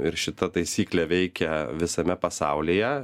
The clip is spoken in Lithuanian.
ir šita taisyklė veikia visame pasaulyje